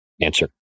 answer